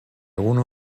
unu